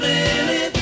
Lily